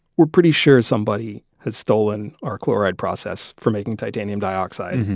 we're pretty sure somebody has stolen our chloride process for making titanium dioxide.